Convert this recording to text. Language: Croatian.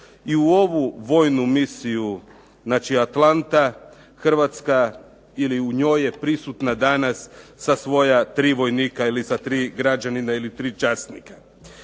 I u ovu vojnu misiju znači ATALANTA Hrvatska ili u njoj je prisutna danas sa svoja tri vojnika ili sa tri građanina ili tri časnika.